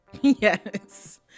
Yes